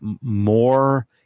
more